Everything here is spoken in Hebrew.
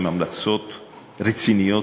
הן המלצות רציניות.